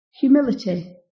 humility